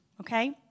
okay